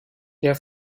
der